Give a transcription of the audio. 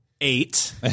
eight